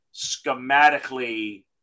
schematically